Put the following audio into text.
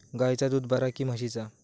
गायचा दूध बरा काय म्हशीचा?